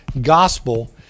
gospel